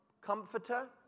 comforter